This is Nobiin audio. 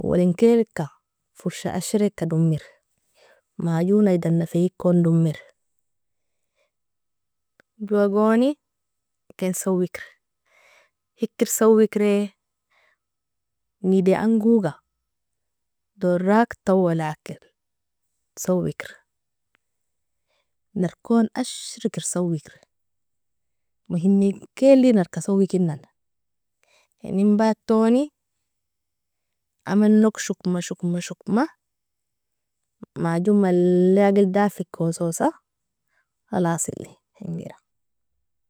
Owalin kelka forsha asherika domiri, majon idan nefikon domir, joa goni ken sawikri, hikir sawikre? Nidi angoga dorak tawalakir sawikri, narkon asheriker sawikri, mohiminkeli narka sawikinana, inin ibatoni, amanog shokma shokma shokma, majon malle agil dafika ososa khalasili ingira.